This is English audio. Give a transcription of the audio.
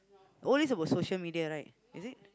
all these about social media right is it